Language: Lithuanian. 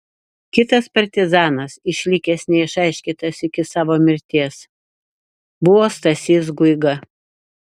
kitas partizanas išlikęs neišaiškintas iki savo mirties buvo stasys guiga